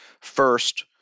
First